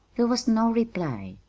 there was no reply.